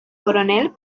coronel